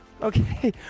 Okay